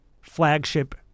flagship